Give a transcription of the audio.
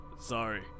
Sorry